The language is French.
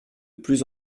plus